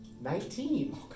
Nineteen